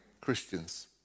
Christians